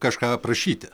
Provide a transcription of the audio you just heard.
kažką aprašyti